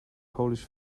polish